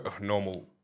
normal